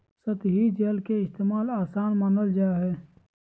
सतही जल के इस्तेमाल, आसान मानल जा हय